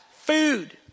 food